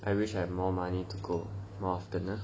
I wish I had more money to go more often ah